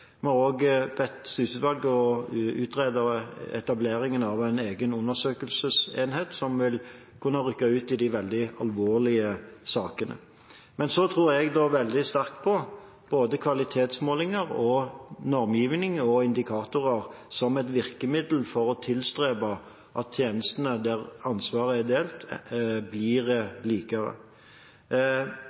Vi har også bedt Syse-utvalget om å utrede etableringen av en egen undersøkelsesenhet, som vil kunne rykke ut i de veldig alvorlige sakene. Så tror jeg veldig sterkt på både kvalitetsmålinger, normgivning og indikatorer som virkemidler for å tilstrebe at tjenestene, der ansvaret er delt, blir